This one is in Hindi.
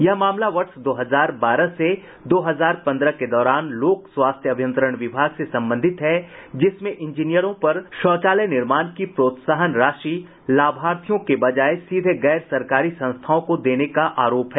यह मामला वर्ष दो हजार बारह से दो हजार पन्द्रह के दौरान लोक स्वास्थ्य अभियंत्रण विभाग से संबंधित है जिसमें ईंजीनियरों पर शौचालय निर्माण की प्रोत्साहन राशि लाभार्थियों की बजाए सीधे गैर सरकारी संस्थाओं को देने का आरोप है